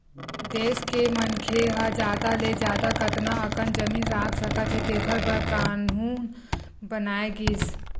देस के मनखे ह जादा ले जादा कतना अकन जमीन राख सकत हे तेखर बर कान्हून बनाए गिस